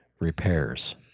repairs